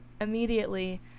immediately